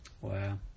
Wow